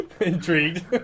intrigued